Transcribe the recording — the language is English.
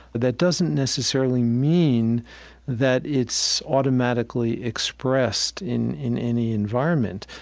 that doesn't necessarily mean that it's automatically expressed in in any environment.